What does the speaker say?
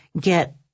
get